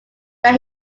that